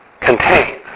contains